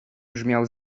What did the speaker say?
brzmiał